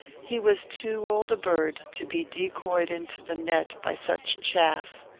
he was too old a bird to be decoyed into the net by such chaff.